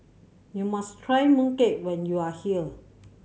you must try mooncake when you are here